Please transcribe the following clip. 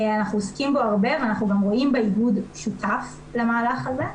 אנחנו עוסקים בו הרבה ואנחנו גם רואים באיגוד שותף למהלך הזה.